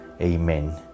Amen